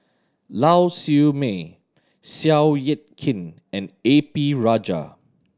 Lau Siew Mei Seow Yit Kin and A P Rajah